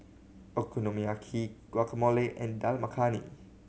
Okonomiyaki Guacamole and Dal Makhani